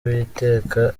uwiteka